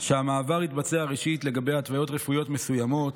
שהמעבר יתבצע ראשית לגבי התוויות רפואיות מסוימות,